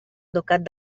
ducat